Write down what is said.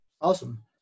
Awesome